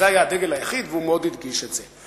זה היה הדגל היחיד, והוא מאוד הדגיש את זה.